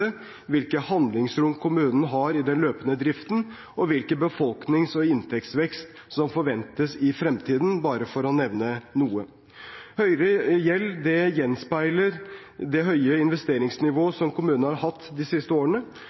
hvilke handlingsrom kommunen har i den løpende driften, og hvilken befolknings- og inntektsvekst som forventes i fremtiden, bare for å nevne noe. Høyere gjeld gjenspeiler det høye investeringsnivået som kommunen har hatt de siste årene.